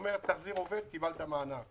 שאומר לבעלי העסקים: תחזיר עובד קיבלת מענק.